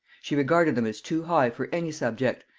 she regarded them as too high for any subject,